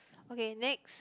okay next